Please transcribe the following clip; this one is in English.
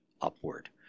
upward